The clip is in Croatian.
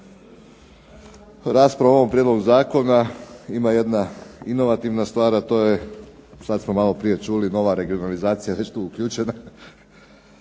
Rasprava o ovom prijedlogu zakona ima jedna inovativna stvar, a to je sad smo maloprije čuli nova regionalizacija, već tu uključena.